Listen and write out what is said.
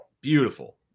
Beautiful